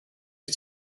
wyt